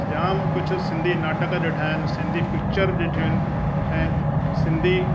जाम कुझु सिंधी नाटक ॾिठा आहिनि सिंधी पिक्चर ॾिठियूं आहिनि ऐं सिंधी